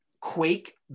Quake